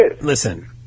Listen